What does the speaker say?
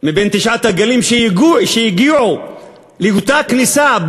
בתשעת הגלים שהגיעו לאותה כניסה,